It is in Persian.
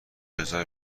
بذار